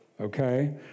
Okay